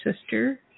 Sister